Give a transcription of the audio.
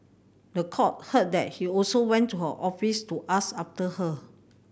the court heard that he also went to her office to ask after her